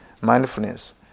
mindfulness